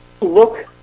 look